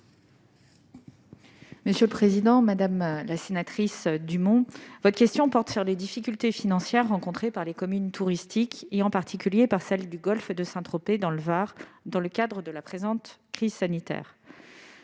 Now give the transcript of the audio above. ministre déléguée. Madame la sénatrice Dumont, votre question porte sur les difficultés financières rencontrées par les communes touristiques, en particulier par celles du golfe de Saint-Tropez, dans le Var, dans le contexte de la présente crise sanitaire.